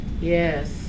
Yes